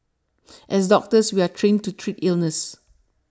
as doctors we are trained to treat illness